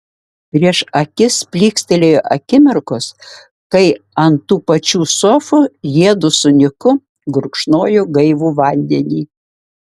prieš akis plykstelėjo akimirkos kai ant tų pačių sofų jiedu su niku gurkšnojo gaivų vandenį